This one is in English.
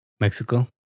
Mexico